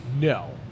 no